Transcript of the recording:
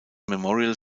memorial